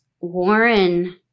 Warren